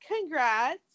Congrats